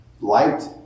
light